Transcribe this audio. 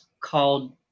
called